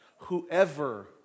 whoever